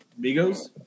Migos